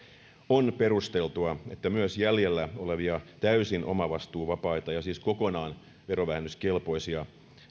on perusteltua että myös jäljellä olevia täysin omavastuuvapaita ja siis kokonaan verovähennyskelpoisia